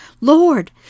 Lord